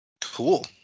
Cool